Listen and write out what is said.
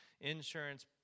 insurance